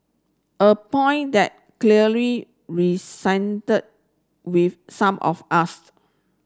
a point that clearly with some of us